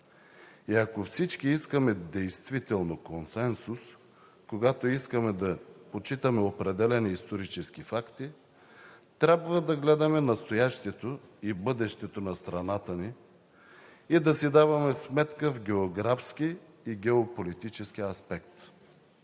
Ако всички искаме действително консенсус, когато искаме да почитаме определени исторически факти, трябва да гледаме настоящето и бъдещето на страната ни и да си даваме сметка в географски и геополитически аспект.